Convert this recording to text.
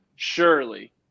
Surely